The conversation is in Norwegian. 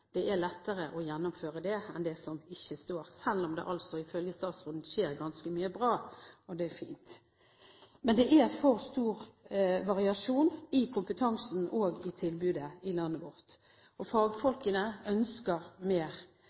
Det er lettere å gjennomføre det enn det som ikke står – selv om det, ifølge statsråden, skjer ganske mye bra, og det er fint. Men det er for stor variasjon i kompetansen og i tilbudet i landet vårt. Fagfolkene ønsker mer